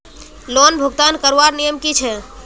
Loan भुगतान करवार नियम की छे?